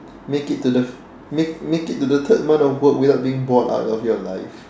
make it to the make make it to the third month of work without being bored out of your life